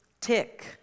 tick